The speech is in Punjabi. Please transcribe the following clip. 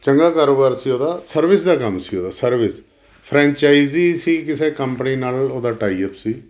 ਚੰਗਾ ਕਾਰੋਬਾਰ ਸੀ ਉਹਦਾ ਸਰਵਿਸ ਦਾ ਕੰਮ ਸੀ ਉਹਦਾ ਸਰਵਿਸ ਫਰੈਂਚਾਈਜੀ ਸੀ ਕਿਸੇ ਕੰਪਨੀ ਨਾਲ ਉਹਦਾ ਟਾਈ ਅਪ ਸੀ